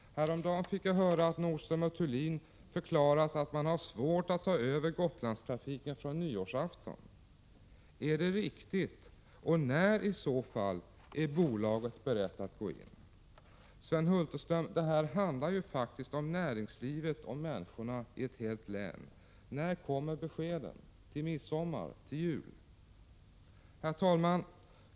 Häromdagen fick jag höra att Nordström & Thulin har förklarat att man har svårt att ta över Gotlandstrafiken från nyårsafton. Är det riktigt, och när är i så fall bolaget berett att gå in? Sven Hulterström, det här handlar om näringslivet och människorna i ett helt län. När kommer beskeden? Till midsommar, till jul? Herr talman!